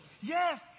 Yes